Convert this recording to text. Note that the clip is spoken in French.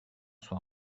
soit